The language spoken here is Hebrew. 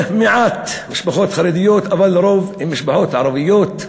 מעט משפחות חרדיות, אבל לרוב הן משפחות ערביות,